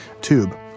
tube